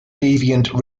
deviant